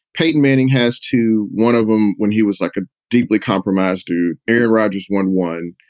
peyton manning has two. one of them, when he was like a deeply compromised to aaron rodgers, won one.